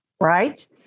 Right